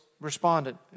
responded